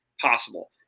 possible